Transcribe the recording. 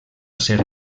ser